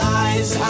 eyes